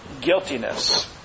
guiltiness